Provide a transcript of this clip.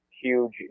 huge